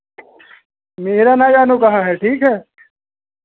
मेरा ना जानो कहाँ है ठीक है